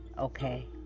okay